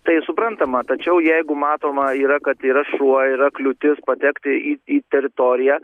tai suprantama tačiau jeigu matoma yra kad yra šuo yra kliūtis patekti į į teritoriją